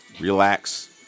relax